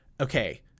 Okay